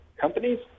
companies